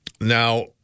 Now